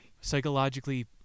Psychologically